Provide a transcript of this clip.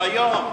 היום.